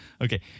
Okay